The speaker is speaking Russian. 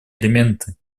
элементы